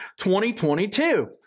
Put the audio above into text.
2022